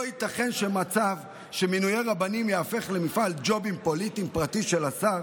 לא ייתכן מצב שבו מינוי רבנים ייהפך למפעל ג'ובים פוליטיים פרטי של שר